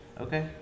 Okay